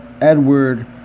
Edward